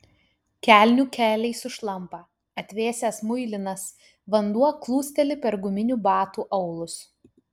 kelnių keliai sušlampa atvėsęs muilinas vanduo kliūsteli per guminių batų aulus